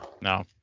No